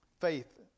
faith